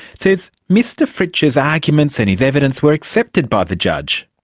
says mr fritsch's arguments and his evidence were accepted by the judge,